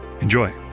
Enjoy